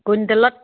কুইণ্টেলত